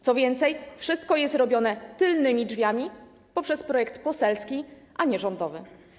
Co więcej, wszystko jest robione tylnymi drzwiami, poprzez projekt poselski, a nie rządowy.